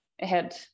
ahead